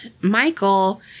Michael